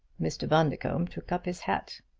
mr. bundercombe took up his hat.